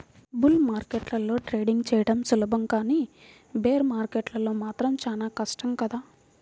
bull మార్కెట్లో trading చెయ్యడం సులభం కానీ బేర్ మార్కెట్లో మాత్రం చానా కష్టం కదా